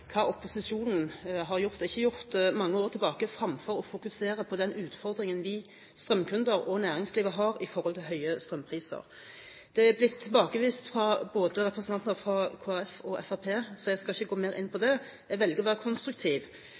hva opposisjonen har gjort og ikke gjort mange år tilbake, fremfor å fokusere på den utfordringen vi strømkunder og næringslivet har i forhold til høye strømpriser. Det er blitt tilbakevist av representanten fra både Kristelig Folkeparti og Fremskrittspartiet, så jeg skal ikke gå mer inn på det. Jeg velger å være konstruktiv